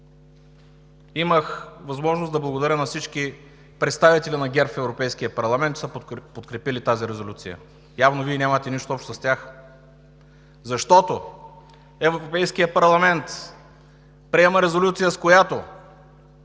Имах възможност да благодаря на всички представители на ГЕРБ в Европейския парламент, че са подкрепили тази резолюция. Явно Вие нямате нищо общо с тях, защото Европейският парламент приема резолюция, с която